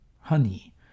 honey